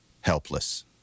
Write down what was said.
helpless